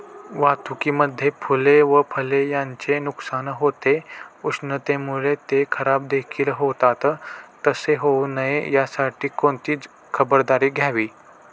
वाहतुकीमध्ये फूले व फळे यांचे नुकसान होते, उष्णतेमुळे ते खराबदेखील होतात तसे होऊ नये यासाठी कोणती खबरदारी घ्यावी?